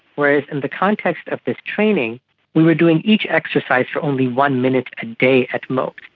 whereas in the context of this training we were doing each exercise for only one minute a day at most.